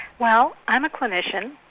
well i'm a clinician,